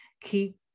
Keep